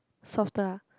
softer ah